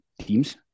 teams